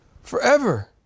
forever